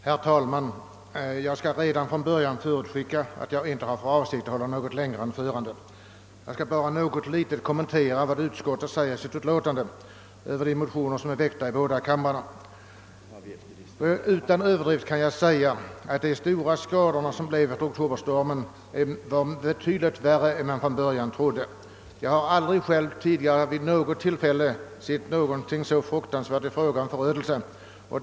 Herr talman! Jag skall redan från början förutskicka, att jag inte har för avsikt att hålla något längre anförande. Jag skall bara något litet kommentera vad utskottet säger i sitt utlåtande över de motioner som är väckta i båda kamrarna. Utan överdrift kan jag säga, att de stora skador som orsakades av oktoberstormen var betydligt svårare än man från början trodde. Jag har själv aldrig tidigare vid något tillfälle sett någonting så fruktansvärt i fråga om förödelse.